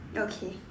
okay